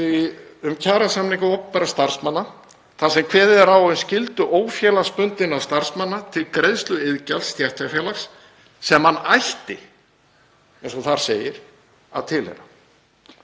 um kjarasamninga opinberra starfsmanna þar sem kveðið er á um skyldu ófélagsbundinna starfsmanna til greiðslu iðgjalds stéttarfélags sem hann ætti, eins og þar segir, að tilheyra.